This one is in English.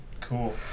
Cool